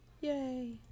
yay